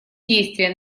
действия